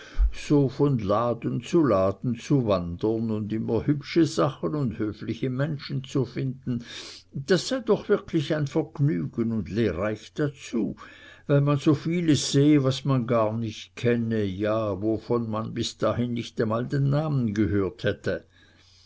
so von laden zu laden zu wandern und immer hübsche sachen und höfliche menschen zu finden das sei doch wirklich ein vergnügen und lehrreich dazu weil man so vieles sehe was man gar nicht kenne ja wovon man bis dahin nicht einmal den namen gehört hätte